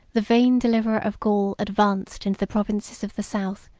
the vain deliverer of gaul advanced into the provinces of the south,